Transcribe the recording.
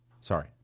Sorry